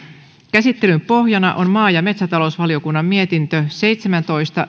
käsittelyn pohjana on maa ja metsätalousvaliokunnan mietintö seitsemäntoista